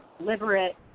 deliberate